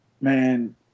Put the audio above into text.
Man